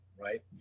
right